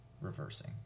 reversing